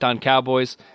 Cowboys